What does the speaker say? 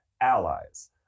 allies